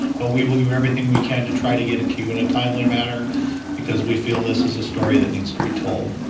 but we will do everythying we can to try to get it to you in a timely manner because we feel this is a story that needs to be told.